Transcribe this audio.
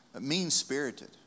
mean-spirited